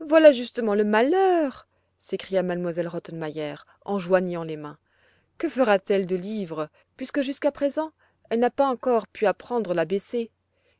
voilà justement le malheur s'écria m elle rottenmeier en joignant les mains que fera-t-elle de livres puisque jusqu'à présent elle n'a pas encore pu apprendre l'a b c